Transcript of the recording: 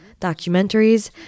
documentaries